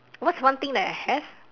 what's one thing that I have